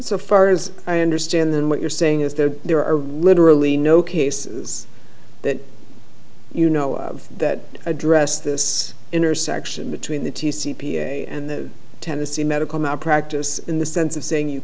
so far as i understand then what you're saying is that there are literally no cases that you know of that address this intersection between the two c p a and the tennessee medical malpractise in the sense of saying you